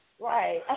Right